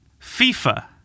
FIFA